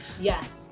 Yes